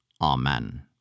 Amen